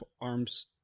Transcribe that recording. arms